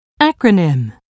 acronym